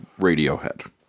Radiohead